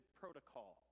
protocol